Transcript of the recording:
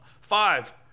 five